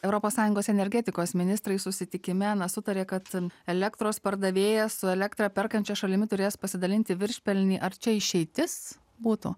europos sąjungos energetikos ministrai susitikime sutarė kad elektros pardavėjas su elektrą perkančia šalimi turės pasidalinti viršpelnį ar čia išeitis būtų